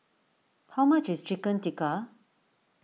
how much is Chicken Tikka